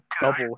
double